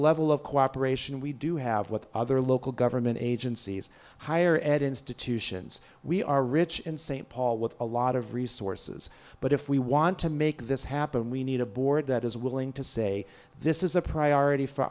level of cooperation we do have with other local government agencies higher ed institutions we are rich in st paul with a lot of resources but if we want to make this happen we need a board that is willing to say this is a priority for